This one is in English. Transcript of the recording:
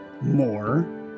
more